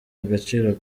agaciro